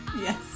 Yes